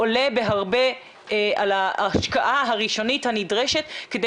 עולה בהרבה על ההשקעה הראשונית הנדרשת כדי